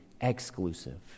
exclusive